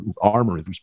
armor